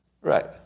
Right